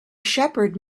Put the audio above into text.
shepherd